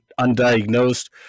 undiagnosed